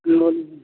ओ